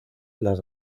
las